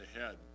ahead